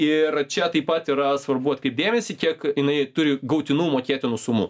ir čia taip pat yra svarbu atkreipt dėmesį kiek jinai turi gautinų mokėtinų sumų